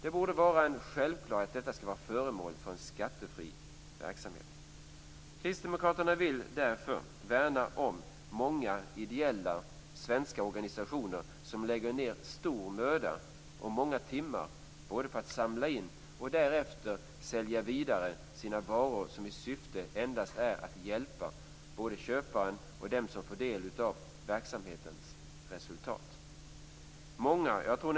Det borde vara en självklarhet att denna verksamhet skall vara föremål för skattefrihet. Kristdemokraterna vill värna om de många svenska ideella organisationer som lägger ned stor möda och många timmar på att både samla in och därefter sälja vidare varor med enda syfte att hjälpa både köparen och dem som får del av verksamhetens resultat.